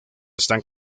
están